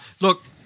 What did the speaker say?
look –